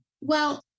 Well-